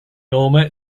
nome